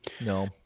No